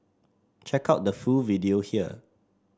check out the full video here